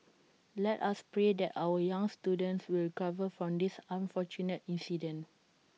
let us pray that our young students will recover from this unfortunate incident